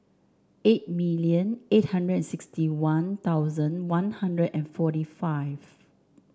eight million eight hundred and sixty One Thousand One Hundred and forty five